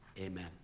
amen